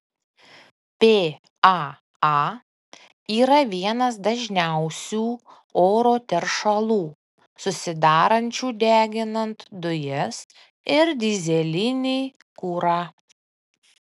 paa yra vienas dažniausių oro teršalų susidarančių deginant dujas ir dyzelinį kurą